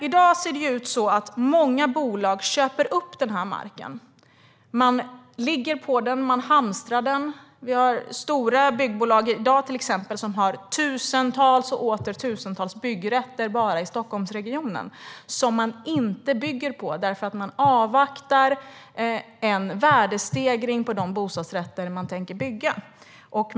I dag köper många bolag upp den här marken. Man ligger på den och hamstrar den. Det finns stora byggbolag som har tusentals och åter tusentals byggrätter bara i Stockholmsregionen som de inte bygger på, därför att de avvaktar en värdestegring på de bostadsrätter som de tänker bygga.